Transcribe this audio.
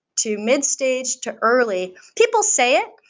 to mid-stage, to early, people say it.